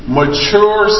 mature